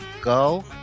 Go